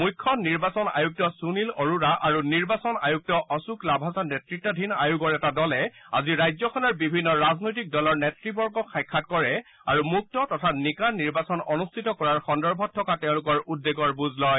মুখ্য নিৰ্বাচন আয়ুক্ত সুনীল আৰোৰা আৰু নিৰ্বাচন আয়ুক্ত অশোক লাভাচা নেতৃতাধীন আয়োগৰ এটা দলে আজি ৰাজ্যখনৰ বিভিন্ন ৰাজনৈতিক দলৰ নেতৃবৰ্গক সাক্ষাৎ কৰে আৰু মুক্ত তথা নিকা নিৰ্বাচন অনুষ্ঠিত কৰা সন্দৰ্ভত থকা তেওঁলোকৰ উদ্বেগৰ বুজ লয়